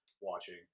watching